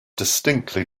distinctly